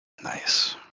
Nice